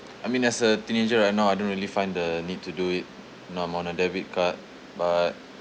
I mean as a teenager right now I don't really find the need to do it now I'm on a debit card but